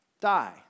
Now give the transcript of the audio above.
Die